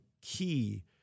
key